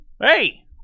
Hey